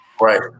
Right